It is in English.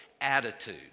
attitude